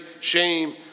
shame